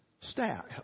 staff